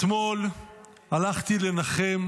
אתמול הלכתי לנחם